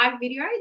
video